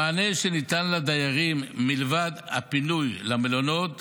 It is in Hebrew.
המענה שניתן לדיירים מלבד הפינוי למלונות